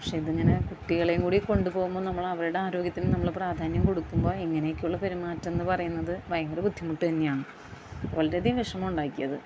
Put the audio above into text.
പക്ഷേ ഇത് ഇങ്ങനെ കുട്ടികളെയും കൂടി കൊണ്ട് പോകുമ്പോൾ നമ്മൾ അവരുടെ ആരോഗ്യത്തിന് നമ്മൾ പ്രാധാന്യം കൊടുക്കുമ്പോൾ ഇങ്ങനെയൊക്കെയുള്ള പെരുമാറ്റമെന്ന് പറയുന്നത് ഭയങ്കര ബുദ്ധിമുട്ട് തന്നെയാണ് വളരെ അധികം വിഷമം ഉണ്ടാക്കി അത്